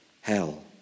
hell